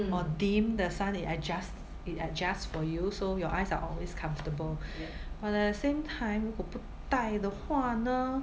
or dim the sun it adjust it adjusts for you so your eyes are always comfortable while at the same time 我不戴的话呢